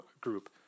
group